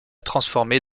transformée